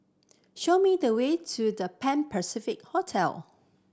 show me the way to The Pan Pacific Hotel